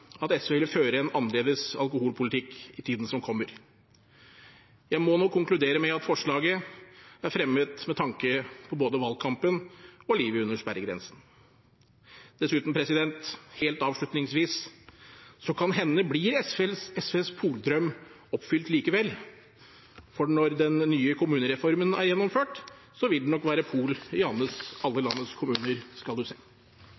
at SV vil føre en annerledes alkoholpolitikk i tiden som kommer. Jeg må nok konkludere med at forslaget er fremmet med tanke på både valgkampen og livet under sperregrensen. Dessuten, helt avslutningsvis: Kan hende blir SVs poldrøm oppfylt likevel, for når den nye kommunereformen er gjennomført, vil det nok være pol i alle landets kommuner, skal du se.